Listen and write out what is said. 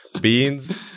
beans